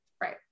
Right